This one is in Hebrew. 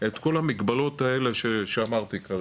האיגוד לא משוכנע שנעשו כל המאמצים להבטיח את הפסקת השימוש